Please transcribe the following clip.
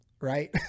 Right